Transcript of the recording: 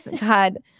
God